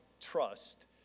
trust